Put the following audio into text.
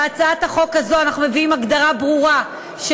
בהצעת החוק הזאת אנחנו מביאים הגדרה ברורה של